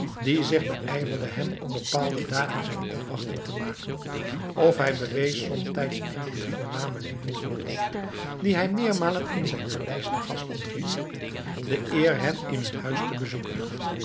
die zich beijverde hem op bepaalde dagen zijn opwachting te maken of hij bewees somtijds enkelen voornamen lieden van het hof die hij meermalen in zijn paleis te gast ontving de eer hen in hun huis te bezoeken